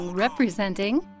Representing